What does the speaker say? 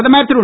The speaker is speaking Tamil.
பிரதமர் திரு